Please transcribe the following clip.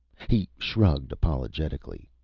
he shrugged apologetically.